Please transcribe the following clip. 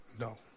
no